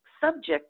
subject